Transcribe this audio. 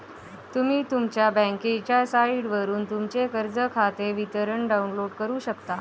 तुम्ही तुमच्या बँकेच्या साइटवरून तुमचे कर्ज खाते विवरण डाउनलोड करू शकता